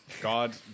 God